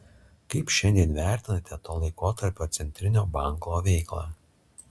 kaip šiandien vertinate to laikotarpio centrinio banko veiklą